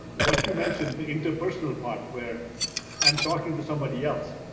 what you mentioned, the interpersonal part where i'm talking to somebody else.